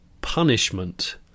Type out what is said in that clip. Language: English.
punishment